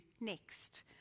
next